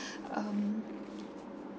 um